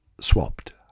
swapped